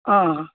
आ